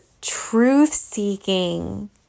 truth-seeking